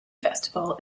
festival